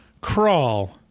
Crawl